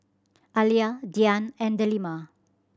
Alya Dian and Delima